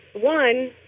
one